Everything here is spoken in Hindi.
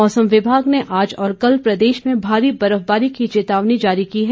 मौसम विभाग ने आज और कल प्रदेश में भारी बर्फबारी की चेतावनी जारी की है